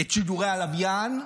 את שידורי הלוויין,